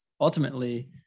ultimately